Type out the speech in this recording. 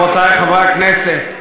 תודה לחברת הכנסת ענת ברקו.